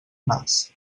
nas